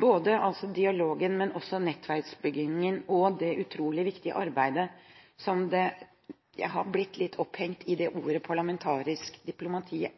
Både dialogen, nettverksbyggingen og det utrolig viktige arbeidet som – jeg har blitt litt opphengt i det begrepet – «det parlamentariske diplomatiet»